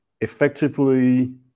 effectively